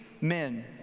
men